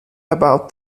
about